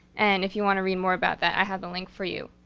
and if you want to read more about that, i have the link for you.